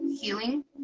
healing